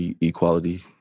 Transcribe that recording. equality